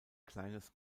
kleines